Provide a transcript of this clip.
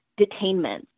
detainment